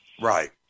Right